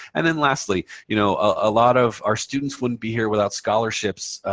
and then, lastly, you know, a lot of our students wouldn't be here without scholarships,